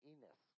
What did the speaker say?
Enos